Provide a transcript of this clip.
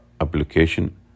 application